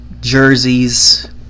jerseys